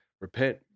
repent